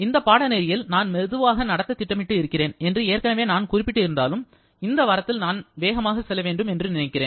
இந்த பாடநெறியில் நான் மெதுவாக நடத்த திட்டமிட்டு இருக்கிறேன் என்று ஏற்கனவே நான் குறிப்பிட்டு இருந்தாலும் இந்த வாரத்தில் நான் வேகமாக செல்ல வேண்டும் என்று நினைக்கிறேன்